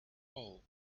hole